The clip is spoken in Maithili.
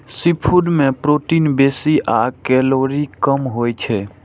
सीफूड मे प्रोटीन बेसी आ कैलोरी कम होइ छै